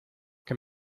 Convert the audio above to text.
que